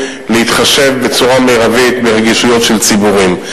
להתחשב בצורה מרבית ברגישויות של ציבורים,